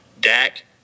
Dak